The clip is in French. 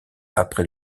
après